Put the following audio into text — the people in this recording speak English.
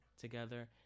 together